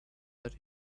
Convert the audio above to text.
that